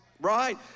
right